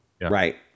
right